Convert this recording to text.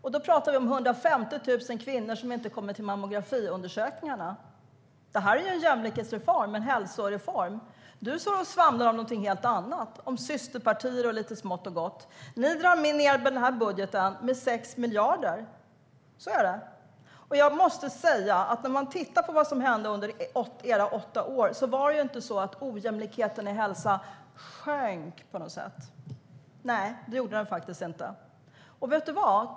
Vi talar om 150 000 kvinnor som inte kommer till mammografiundersökningarna. Det är en jämlikhetsreform och en hälsoreform. Du står och svamlar om någonting helt annat, om systerpartier och lite smått och gott. Ni drar ned budgeten med 6 miljarder. Så är det. När man tittar på vad som hände under era åtta år var det inte så att ojämlikheten i hälsa sjönk på något sätt. Nej, det gjorde den faktiskt inte. Vet du vad?